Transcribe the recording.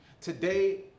Today